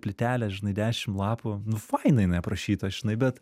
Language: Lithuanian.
plytelę žinai dešim lapų nu fainai jinai aprašyta žinai bet